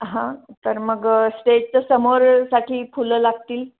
हां तर मग स्टेजच्या समोरसाठी फुलं लागतील